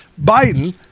Biden